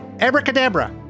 abracadabra